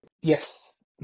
Yes